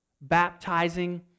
baptizing